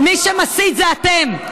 מי שמסית זה אתם.